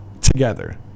together